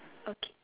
okay